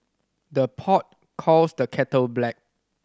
the pot calls the kettle black